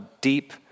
deep